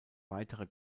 weitere